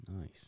Nice